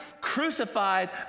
crucified